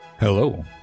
Hello